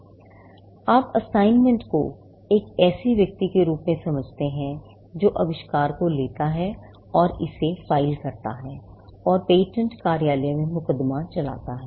अब आप असाइनमेंट को एक ऐसे व्यक्ति के रूप में समझते हैं जो आविष्कार को लेता है और इसे फाइल करता है और पेटेंट कार्यालय में मुकदमा चलाता है